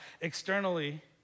externally